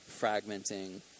fragmenting